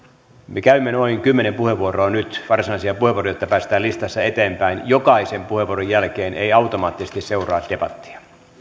me käymme noin kymmenen varsinaista puheenvuoroa nyt jotta päästään listassa eteenpäin jokaisen puheenvuoron jälkeen ei automaattisesti seuraa debattia